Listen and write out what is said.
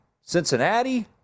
Cincinnati